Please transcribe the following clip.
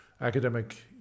academic